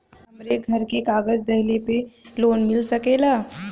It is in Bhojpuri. हमरे घरे के कागज दहिले पे लोन मिल सकेला?